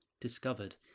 discovered